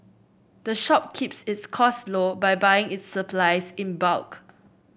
the shop keeps its cost low by buying its supplies in bulk